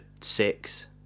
six